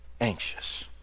anxious